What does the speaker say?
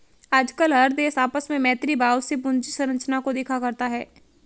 आजकल हर देश आपस में मैत्री भाव से पूंजी संरचना को देखा करता है